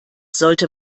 sollte